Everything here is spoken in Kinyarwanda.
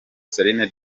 celine